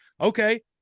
okay